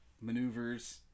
maneuvers